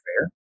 fair